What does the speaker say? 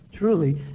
Truly